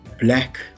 black